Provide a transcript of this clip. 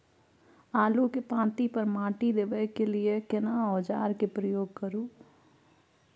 आलू के पाँति पर माटी देबै के लिए केना औजार के प्रयोग करू?